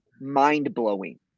mind-blowing